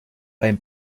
beim